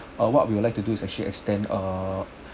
uh what we would like to do is actually extend err